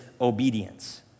obedience